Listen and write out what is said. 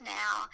now